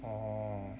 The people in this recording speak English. oh